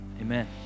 Amen